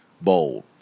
bold